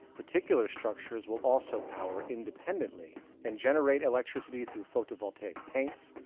particular structures will also power independently and generate electricity through photovoltaic paints,